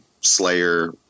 Slayer